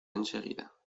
enseguida